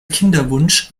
kinderwunsch